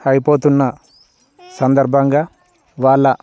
అయిపోతున్న సందర్భంగా వాళ్ళ